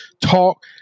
talk